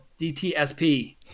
DTSP